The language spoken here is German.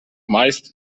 meist